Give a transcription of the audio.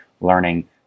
learning